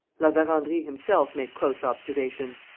la verendrye himself made close observations.